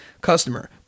Customer